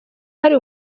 hari